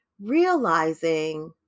Realizing